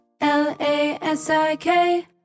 L-A-S-I-K